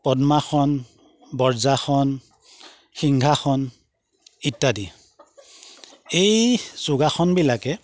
পদ্মাসন বৰ্জাসন সিংহাসন ইত্যাদি এই যোগাসনবিলাকে